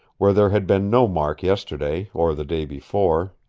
where there had been no mark yesterday, or the day before.